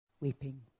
weeping